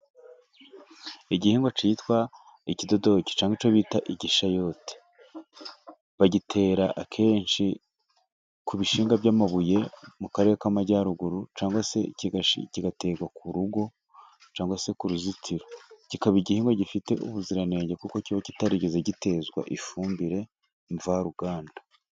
Igihingwa cyitwa ikidodoki, cyangwa icyo bita igishayote. Bagitera akenshi ku bishinga by'amabuye mu karere k'amajyaruguru, cyangwa se kigaterwa ku rugo cyangwa se, ku ruzitiro. Kikaba igihingwa gifite ubuziranenge kuko kiba kitarigeze gitezwa ifumbire mvaruganda.